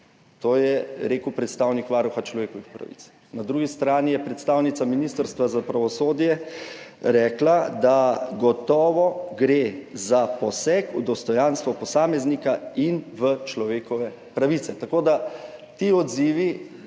To je rekel predstavnik Varuha človekovih pravic. Na drugi strani je predstavnica Ministrstva za pravosodje rekla, da gotovo gre za poseg v dostojanstvo posameznika in v človekove pravice.